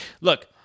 Look